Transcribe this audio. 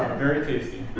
very tasty.